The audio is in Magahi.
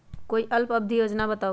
कोई अल्प अवधि योजना बताऊ?